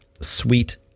sweet